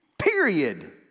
Period